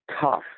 tough